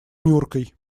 нюркой